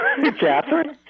Catherine